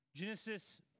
Genesis